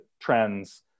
trends